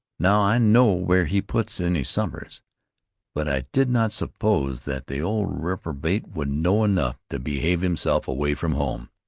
now i know where he puts in his summers but i did not suppose that the old reprobate would know enough to behave himself away from home.